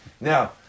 Now